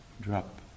drop